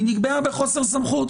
כי היא נקבעה בחוסר סמכות.